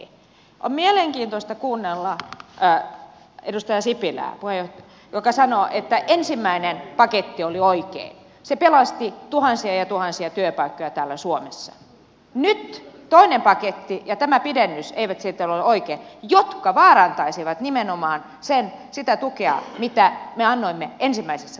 on mielenkiintoista kuunnella edustaja sipilää joka sanoo että ensimmäinen paketti oli oikein se pelasti tuhansia ja tuhansia työpaikkoja täällä suomessa nyt toinen paketti ja tämä pidennys eivät sitten ole oikein jotka vaarantaisivat nimenomaan sitä tukea mitä me annoimme ensimmäisessä paketissa